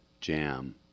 jam